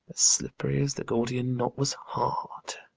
slippery as the gordian knot was hard!